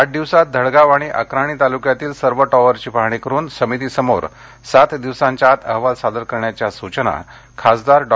आठ दिवसात धडगाव आणि अक्राणी तालुक्यातील सर्व टॉवरची पाहणी करुन समितीसमोर सात दिवसाच्या आत अहवाल सादर करण्याच्या सुचना खासदार डॉ